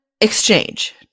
exchange